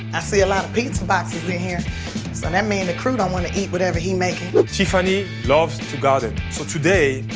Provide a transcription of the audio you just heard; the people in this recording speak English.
i see a lotta pizza boxes in here so and that mean the crew don't wanna eat whatever he makin'. tiffany loves to garden. so today,